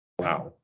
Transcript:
Wow